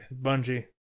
Bungie